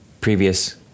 previous